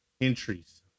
entries